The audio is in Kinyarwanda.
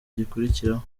gikurikiraho